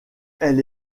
elle